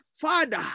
father